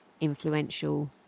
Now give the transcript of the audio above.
influential